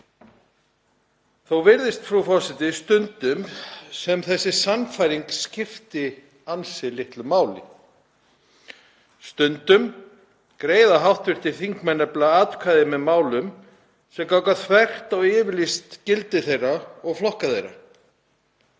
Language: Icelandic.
Þó virðist, frú forseti, stundum sem þessi sannfæring skipti ansi litlu máli. Stundum greiða hv. þingmenn nefnilega atkvæði með málum sem ganga þvert á yfirlýst gildi þeirra og flokka þeirra.